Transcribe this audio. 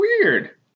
weird